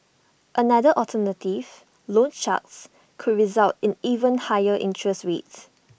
another alternative loan sharks could result in even higher interest rates